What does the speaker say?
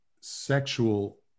sexual